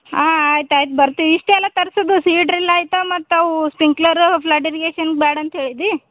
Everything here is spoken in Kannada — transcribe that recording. ಹಾಂ ಆಯ್ತು ಆಯ್ತು ಬರ್ತೀವಿ ಇಷ್ಟೆಲ್ಲ ತರ್ಸೋದು ಸೀ ಡ್ರಿಲ್ ಆಯ್ತು ಮತ್ತು ಅವು ಸ್ಪಿಂಕ್ಲರ್ ಫ್ಲಡ್ಡಿರಿಗೇಷನ್ ಬೇಡ ಅಂತ ಹೇಳಿದ್ದಿ